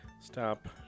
Stop